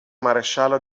maresciallo